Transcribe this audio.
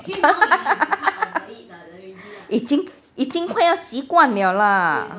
已经已经快要习惯了 lah